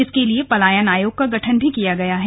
इसके लिए पलायन आयोग का गठन किया गया है